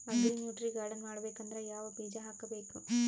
Agri nutri garden ಮಾಡಬೇಕಂದ್ರ ಯಾವ ಬೀಜ ಹಾಕಬೇಕು?